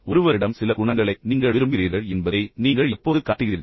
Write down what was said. ஒருவரிடம் சில குணங்களை நீங்கள் விரும்புகிறீர்கள் என்பதை நீங்கள் எப்போது காட்டுகிறீர்கள்